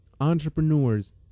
entrepreneurs